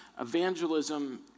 evangelism